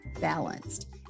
balanced